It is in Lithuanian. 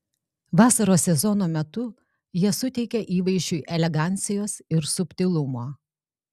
vasaros sezono metu jie suteikia įvaizdžiui elegancijos ir subtilumo